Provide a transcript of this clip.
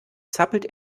zappelt